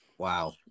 Wow